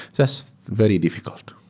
that's very difficult.